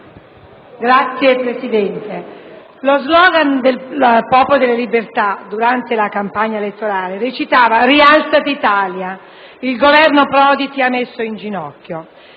Signor Presidente*,* lo slogan del Popolo della Libertà durante la campagna elettorale recitava: «Rialzati, Italia! Il Governo Prodi ti ha messo in ginocchio».